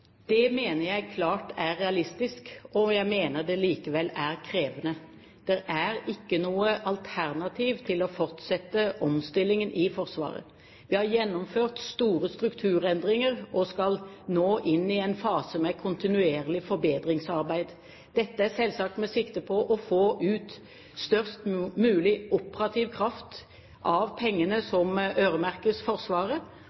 Det mener jeg klart er realistisk, og jeg mener det likevel er krevende. Det er ikke noe alternativ til å fortsette omstillingen i Forsvaret. Vi har gjennomført store strukturendringer og skal nå inn i en fase med kontinuerlig forbedringsarbeid. Dette er selvsagt med sikte på å få ut størst mulig operativ kraft av pengene